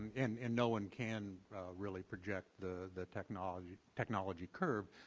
and and no one can really project the the technology technology curb,